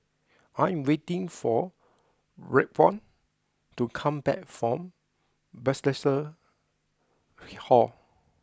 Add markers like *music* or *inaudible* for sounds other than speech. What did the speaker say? I am waiting for Raekwon to come back from Bethesda *noise* Hall